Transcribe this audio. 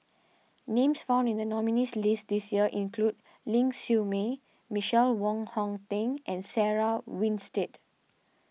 names found in the nominees' list this year include Ling Siew May Michael Wong Hong Teng and Sarah Winstedt